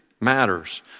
matters